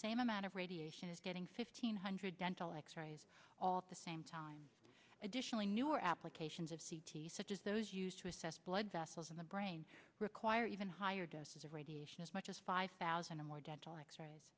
same amount of radiation as getting fifteen hundred dental x rays all at the same time additionally newer applications of c t such as those used to assess blood vessels in the brain require even higher doses of radiation as much as five thousand or more dental x rays